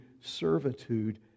servitude